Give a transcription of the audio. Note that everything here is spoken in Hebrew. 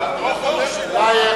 שלה,